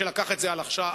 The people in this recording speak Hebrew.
שלקח את זה על עצמו,